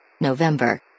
November